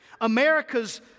America's